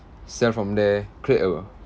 sell from there create uh